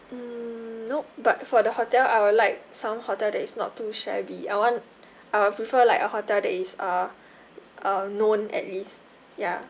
mm nope but for the hotel I would like some hotel that is not too shabby I want I will prefer like a hotel that is uh uh known at least ya